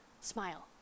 smile